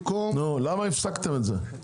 למה הפסקתם את זה?